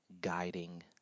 guiding